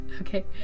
Okay